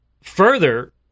further